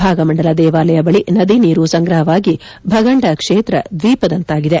ಭಾಗಮಂಡಲ ದೇವಾಲಯ ಬಳಿ ನದಿ ನೀರು ಸಂಗ್ರಹವಾಗಿ ಭಗಂದ ಕ್ವೇತ್ರ ದ್ವೀಪದಂತಾಗಿದೆ